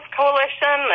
coalition